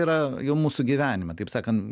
yra jau mūsų gyvenime taip sakant